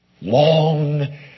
Long